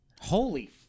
Holy